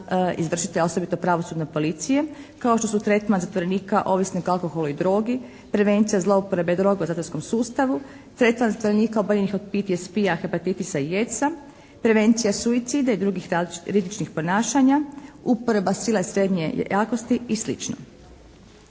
izvršitelja, osobito pravosudne policije kao što su tretman zatvorenika ovisnika alkohola i drogi, prevencija zlouporabe droge u zatvorskom sustavu, tretman zatvorenih oboljelih od PTSP-a, hepatitisa i AIDS-a, prevencija suicida i drugih rizičnih ponašanja, uporaba sila srednje jakosti i